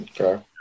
Okay